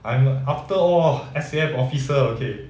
I am a after all S_A_F officer okay